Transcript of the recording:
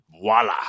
voila